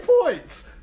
points